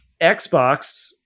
Xbox